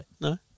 No